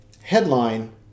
headline